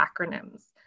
acronyms